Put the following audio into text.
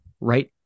right